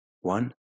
One